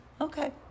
Okay